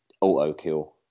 auto-kill